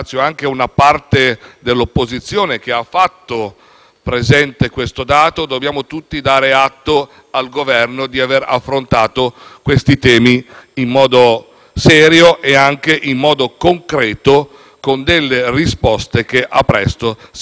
presente questo dato - dare atto al Governo di aver affrontato questi temi in modo serio e anche concreto, con delle risposte che presto si trasformeranno in risultati positivi.